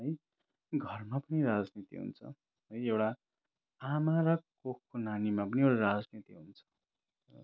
है घरमा पनि राजनीति हुन्छ है एउटा आमा र कोखको नानीमा पनि एउटा राजनीति हुन्छ